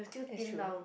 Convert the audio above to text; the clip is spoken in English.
that's true